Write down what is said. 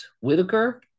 Whitaker